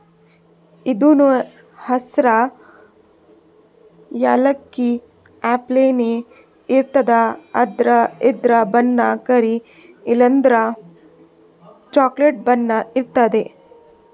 ಇದೂನು ಹಸ್ರ್ ಯಾಲಕ್ಕಿ ಅಪ್ಲೆನೇ ಇರ್ತದ್ ಆದ್ರ ಇದ್ರ್ ಬಣ್ಣ ಕರಿ ಇಲ್ಲಂದ್ರ ಚಾಕ್ಲೆಟ್ ಬಣ್ಣ ಇರ್ತದ್